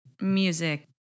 music